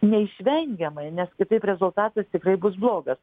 neišvengiamai nes kitaip rezultatas tikrai bus blogas